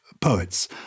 poets